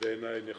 ובעיניי נכונה?